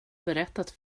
berättat